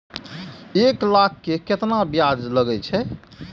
एक लाख के केतना ब्याज लगे छै?